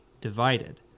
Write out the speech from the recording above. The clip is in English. divided